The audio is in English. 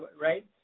Right